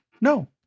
No